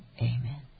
Amen